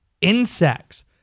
insects